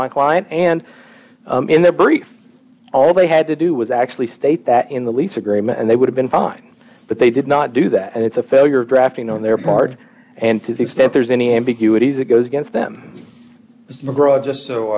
my client and in their brief all they had to do was actually state that in the lease agreement and they would have been fine but they did not do that and it's a failure of drafting on their part and to the extent there is any ambiguity that goes against them it's mcgraw just so